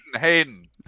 Hayden